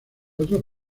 otros